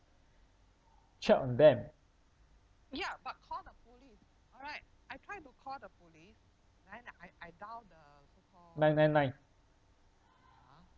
check on them nine nine nine